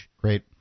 Great